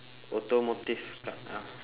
automotive c~ ya